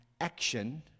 action